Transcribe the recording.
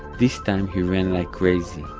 this time he ran like crazy,